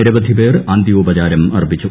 നിരവധി പേർ അന്ത്യോപചാരമർപ്പിച്ചു